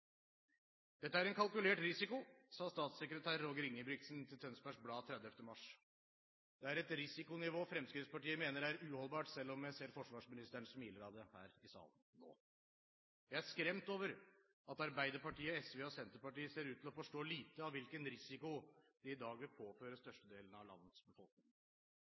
Dette er en kalkulert risiko, sa statssekretær Roger Ingebrigtsen til Tønsbergs blad 30. mars. Det er et risikonivå Fremskrittspartiet mener er uholdbart – selv om jeg ser at forsvarsministeren smiler av det her i salen nå. Jeg er skremt over at Arbeiderpartiet, SV og Senterpartiet ser ut til å forstå lite av hvilken risiko de i dag vil påføre størstedelen av landets befolkning.